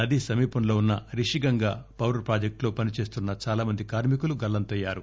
నది సమీపంలో ఉన్న రిషిగంగ పవర్ ప్రాజెక్ట్ లో పనిచేస్తున్న చాలా మంది కార్మికులు గల్లంతయ్యారు